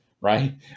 right